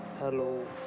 Hello